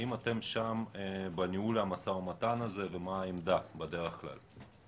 האם אתם שם בניהול המשא ומתן ומה עמדתכם בדרך בכלל?